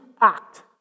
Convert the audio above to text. act